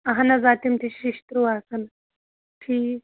اَہَن حظ آ تِم تہِ چھِ شیشتٔرٛوٗ آسان ٹھیٖک